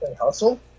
Hustle